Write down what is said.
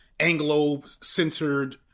Anglo-centered